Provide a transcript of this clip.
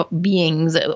beings